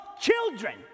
children